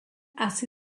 hazi